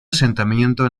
asentamiento